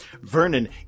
Vernon